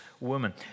woman